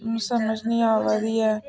मिकी समझ नी आवा दी ऐ